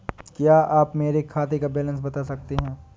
क्या आप मेरे खाते का बैलेंस बता सकते हैं?